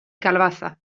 calabaza